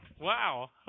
Wow